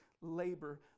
labor